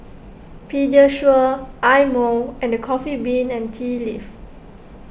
Pediasure Eye Mo and the Coffee Bean and Tea Leaf